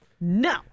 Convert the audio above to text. No